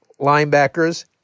linebackers